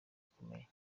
gikomeye